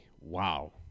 Wow